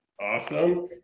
awesome